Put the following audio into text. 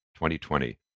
2020